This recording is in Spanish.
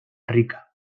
rica